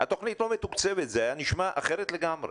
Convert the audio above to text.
והתוכנית לא מתוקצבת זה היה נשמע אחרת לגמרי.